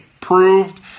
proved